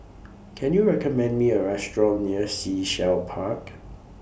Can YOU recommend Me A Restaurant near Sea Shell Park